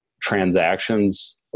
transactions